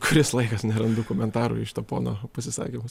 kuris laikas nerandu komentarų iš to pono pasisakymus